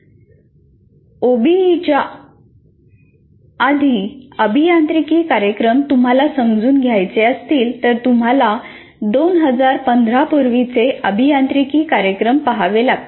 ओबीईच्या आधी अभियांत्रिकी कार्यक्रम तुम्हाला समजून घ्यायचे असतील तर तुम्हाला 2015 पूर्वीचे अभियांत्रिकी कार्यक्रम पहावे लागतील